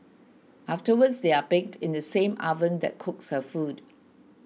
afterwards they are baked in the same oven that cooks her food